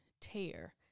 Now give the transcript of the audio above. tear